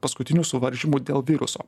paskutinių suvaržymų dėl viruso